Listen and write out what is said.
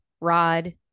Rod